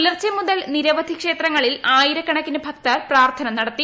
പുലർച്ചെ മുതൽ നിരവധി ശിവക്ഷേത്രങ്ങളിൽ ആയിരക്കണക്കിന് ഭക്തർ പ്രാർത്ഥന നടത്തി